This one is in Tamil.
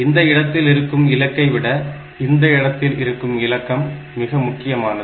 இந்த இடத்தில் இருக்கும் இலக்கத்தை விட இந்த இடத்தில் இலக்கம் மிக முக்கியமானது